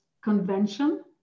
convention